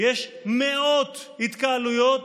יש מאות התקהלויות